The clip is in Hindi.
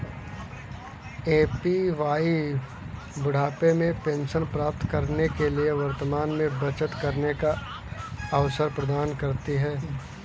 ए.पी.वाई बुढ़ापे में पेंशन प्राप्त करने के लिए वर्तमान में बचत करने का अवसर प्रदान करती है